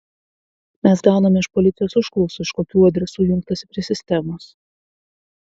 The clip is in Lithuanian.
mes gauname iš policijos užklausų iš kokių adresų jungtasi prie sistemos